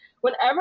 whenever